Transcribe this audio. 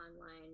online